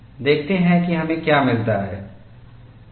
देखते हैं कि हमें क्या मिलता है